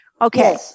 okay